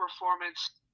performance